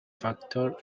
factor